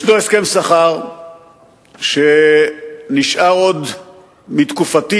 יש הסכם שכר שנשאר עוד מתקופתי